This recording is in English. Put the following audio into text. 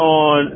on